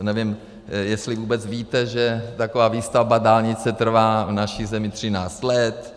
Nevím, jestli vůbec víte, že taková výstavba dálnice trvá v naší zemi 13 let.